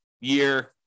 year